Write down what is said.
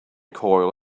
coil